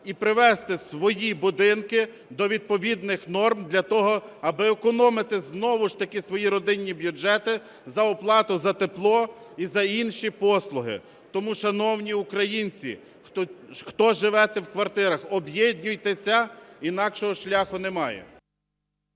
і привести свої будинки до відповідних норм для того, аби економити знову ж таки свої родинні бюджети за оплату за тепло і за інші послуги. Тому шановні українці, хто живе в квартирах, об'єднуйтеся. Інакшого шляху немає.